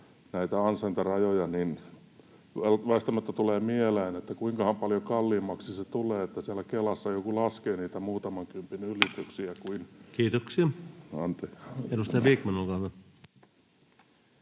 näitä ansaintarajoja, niin väistämättä tulee mieleen, että kuinkahan paljon kalliimmaksi se tulee, että siellä Kelassa joku laskee niitä muutaman kympin ylityksiä kuin… [Puhemies keskeyttää